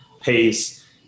pace